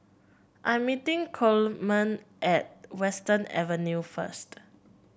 I'm meeting Coleman at Western Avenue first